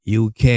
UK